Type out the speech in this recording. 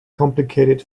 complicated